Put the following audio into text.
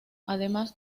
además